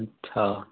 अच्छा